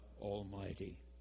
Almighty